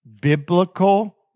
biblical